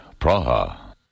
Praha